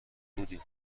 بودیم